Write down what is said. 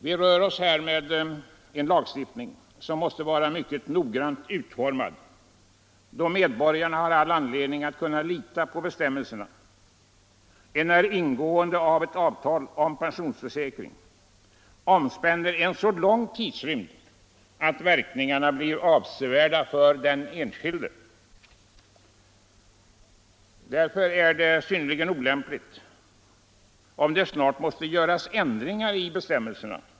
Vi rör oss här med en lagstiftning som måste vara mycket noggrant utformad, då medborgarna måste kunna lita på bestämmelserna, enär ingående av ett avtal om pensionsförsäkring omspänner en så lång tidrymd att verkningarna blir avsevärda för den enskilde. Därför är det synnerligen olyckligt om det snart måste göras ändringar i bestämmelserna.